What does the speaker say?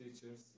teachers